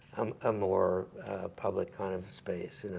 um a more public kind of space.